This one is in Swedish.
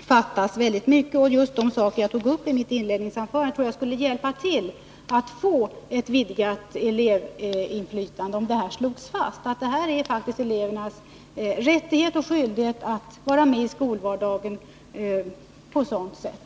fattas väldigt mycket. Just de saker jag tog upp i mitt inledningsanförande tror jag skulle hjälpa till att få ett vidgat elevinflytande. Det bör slås fast att det är elevernas rättighet och skyldighet att vara med i skolvardagen på ett sådant sätt.